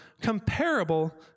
comparable